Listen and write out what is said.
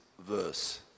verse